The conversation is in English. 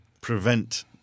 prevent